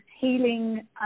healing